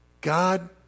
God